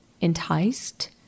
enticed